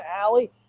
Alley